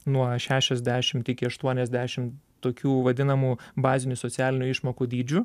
nuo šešiasdešimt iki aštuoniasdešimt tokių vadinamų bazinių socialinių išmokų dydžių